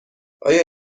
آیا